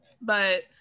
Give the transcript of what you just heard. but-